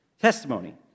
Testimony